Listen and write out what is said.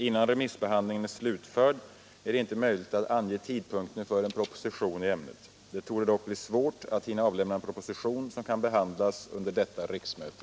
Innan remissbehandlingen är slutförd är det inte möjligt att ange tidpunkten för en proposition i ämnet. Det torde dock bli svårt att hinna avlämna en proposition som kan behandlas under detta riksmöte.